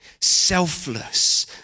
selfless